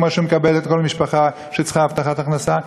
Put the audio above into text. כמו שמקבלת כל משפחה שצריכה הבטחת הכנסה,